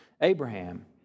Abraham